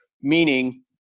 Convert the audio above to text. meaning